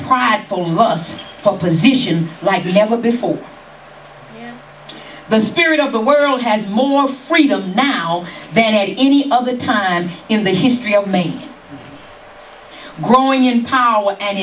pride for us for position like never before the spirit of the world has more freedom now then any other time in the history of made growing in power and